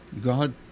God